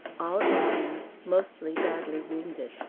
all indians, mostly badly wounded.